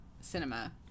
cinema